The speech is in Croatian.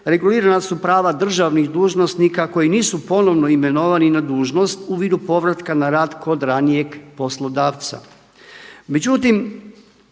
regulirana su prava državnih dužnosnika koji nisu ponovno imenovani na dužnost u vidu povratka na rad kod ranijeg poslodavca.